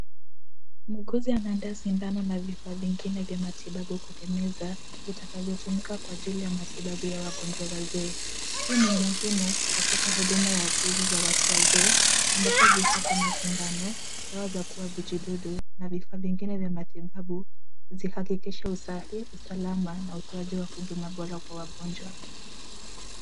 Muuguzi anaandaa sindano na vifaa vingine vya matibabu kwenye meza vitakavyotumika kwa ajili ya matibabu ya wagonjwa wazee. Hii ni muhimu katika huduma ya ukuzi za watu wazee ambapo vifaa kama sindano, dawa za kuua vijidudu na vifaa vingine vya matibabu zihakikishe usafi, usalama na utoaji wa huduma bora kwa wagonjwa.